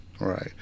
right